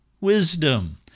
wisdom